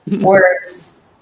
Words